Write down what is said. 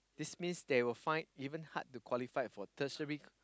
this means they will find even hard to qualify for tertiary